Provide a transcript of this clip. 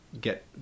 get